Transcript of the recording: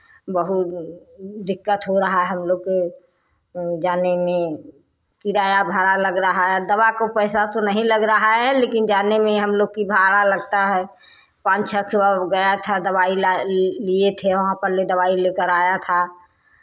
बहुत दिक्कत हो रहा है हम लोग के जाने में किराया भाड़ा लग रहा है दवा को पैसा तो नहीं लग रहा है लेकिन जाने में हम लोग की भाड़ा लगता है पान छः गया था दवाई लिए थे वहाँ पले दवाई लेकर आया था